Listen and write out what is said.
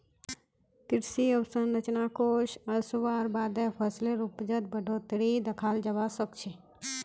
कृषि अवसंरचना कोष ओसवार बादे फसलेर उपजत बढ़ोतरी दखाल जबा सखछे